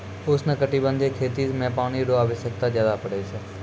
उष्णकटिबंधीय खेती मे पानी रो आवश्यकता ज्यादा पड़ै छै